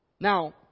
Now